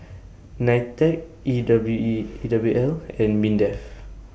NITEC E W E E W L and Mindef